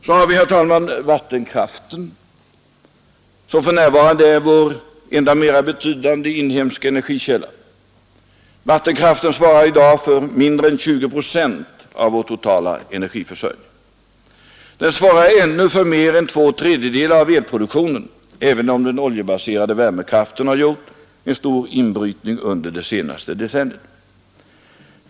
Så har vi då vattenkraften, som för närvarande är vår enda mera betydande inhemska energikälla. Vattenkraften svarar i dag för mindre än 20 procent av vår totala energiförsörjning. Den svarar emellertid ännu för mer än två tredjedelar av elproduktionen, även om den oljebaserade värmekraften här har gjort en stor inbrytning under det senaste decenniet.